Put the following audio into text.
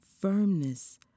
firmness